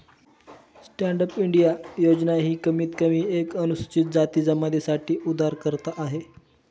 stand up India योजना ही कमीत कमी एक अनुसूचित जाती जमाती साठी उधारकर्ता आहे